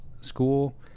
school